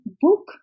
book